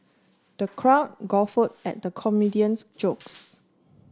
the crowd guffaw at the comedian's jokes